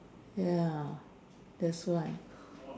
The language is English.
ya that's why